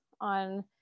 on